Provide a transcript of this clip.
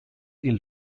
ill